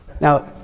Now